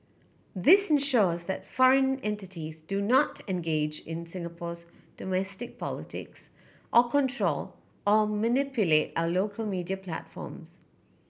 this ensures that foreign entities do not engage in Singapore's domestic politics or control or manipulate our local media platforms